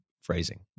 phrasing